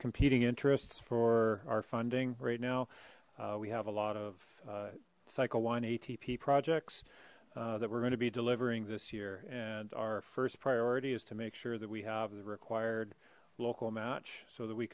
competing interests for our funding right now we have a lot of cycle one atp projects that we're going to be delivering this year and our first priority is to make sure that we have the required local match so that we